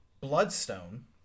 bloodstone